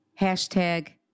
hashtag